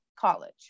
college